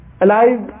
alive